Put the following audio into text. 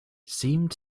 seemed